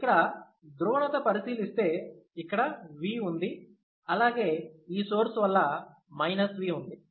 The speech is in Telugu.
ఇక్కడ ధ్రువణత పరిశీలిస్తే ఇక్కడ V ఉంది అలాగే ఈ సోర్స్ వల్ల V ఉంది